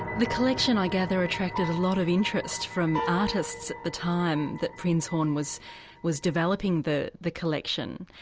the collection, i gather, attracted a lot of interest from artists at the time that prinzhorn was was developing the the collection.